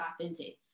authentic